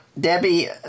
Debbie